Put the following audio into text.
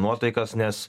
nuotaikas nes